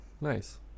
Nice